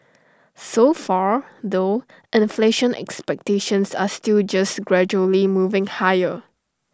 so far though inflation expectations are still just gradually moving higher